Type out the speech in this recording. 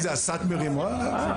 אם זה הסאטמרים או אחרים?